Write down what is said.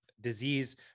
disease